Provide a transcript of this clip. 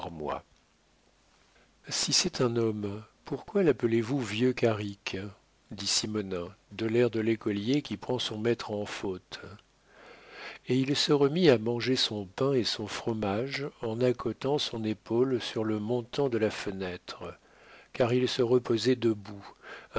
si c'est un homme pourquoi lappelez vous vieux carrick dit simonnin de l'air de l'écolier qui prend son maître en faute et il se remit à manger son pain et son fromage en accotant son épaule sur le montant de la fenêtre car il se reposait debout